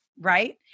right